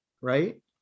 right